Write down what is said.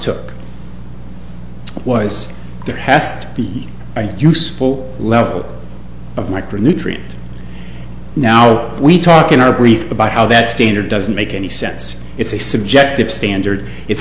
took was the past be useful level of micronutrient now we talk in our brief about how that standard doesn't make any sense it's a subjective standard it's